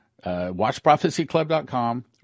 WatchProphecyClub.com